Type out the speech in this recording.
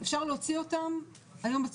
אפשר להוציא אותם כבר היום.